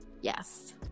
Yes